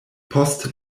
post